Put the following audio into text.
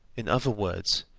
in other words,